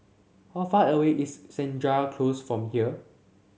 how far away is Senja Close from here